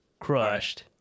crushed